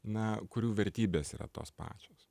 na kurių vertybės yra tos pačios